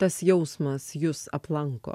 tas jausmas jus aplanko